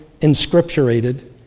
inscripturated